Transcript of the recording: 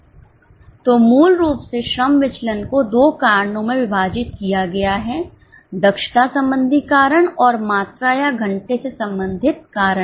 तो मूल रूप से श्रम विचलन को 2 कारणोंमें विभाजित किया गया हैदक्षता संबंधी कारण और मात्रा या घंटे से संबंधित कारण